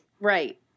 Right